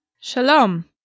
Shalom